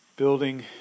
building